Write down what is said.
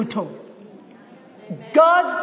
God